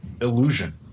illusion